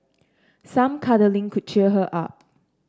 some cuddling could cheer her up